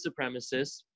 supremacists